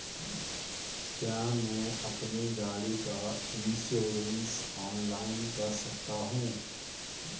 क्या मैं अपनी गाड़ी का इन्श्योरेंस ऑनलाइन कर सकता हूँ?